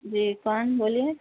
جی کون بولیے